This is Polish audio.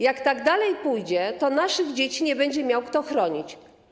Jak tak dalej pójdzie, to naszych dzieci nie będzie miał kto chronić.